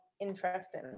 interesting